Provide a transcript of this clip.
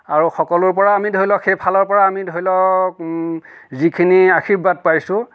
আৰু সকলোৰেপৰা আমি ধৰি লওক সেইফালৰপৰা আমি ধৰি লওক যিখিনি আশীৰ্বাদ পাইছোঁ